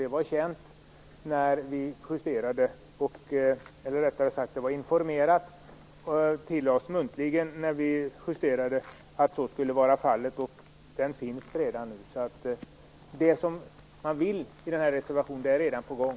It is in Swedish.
Det var känt - utskottet hade blivit muntligt informerat - vid justeringen att så var fallet. De finns redan nu, och det som man vill med den här reservationen är alltså redan på gång.